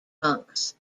monks